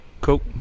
Cool